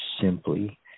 simply